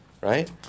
right